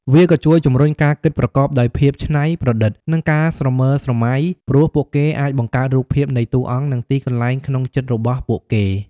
វាក៏ជួយជំរុញការគិតប្រកបដោយភាពច្នៃប្រឌិត និងការស្រមើលស្រមៃ ព្រោះពួកគេអាចបង្កើតរូបភាពនៃតួអង្គ និងទីកន្លែងក្នុងចិត្តរបស់ពួកគេ។